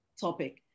topic